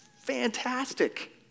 fantastic